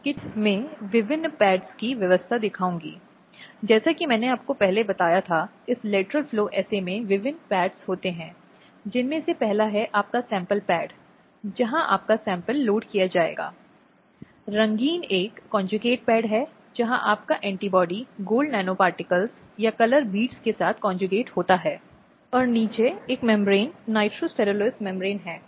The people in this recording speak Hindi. इसलिए यह घरेलू हिंसा अधिनियम एक बहुत ही महत्वपूर्ण और प्रशंसनीय कदम है जो पिछले एक दशक से भी अधिक समय से चल रहा है और यह पिछले कई वर्षों से काम कर रहा है और इसने वास्तव में कई महिलाओं की मदद की है